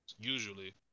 usually